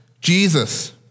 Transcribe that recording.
Jesus